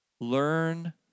Learn